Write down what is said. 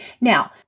Now